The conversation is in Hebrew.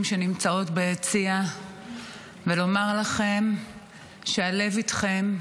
שנמצאות ביציע ולומר לכם שהלב איתכם,